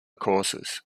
courses